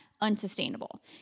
unsustainable